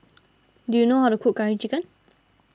do you know how to cook Curry Chicken